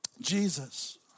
Jesus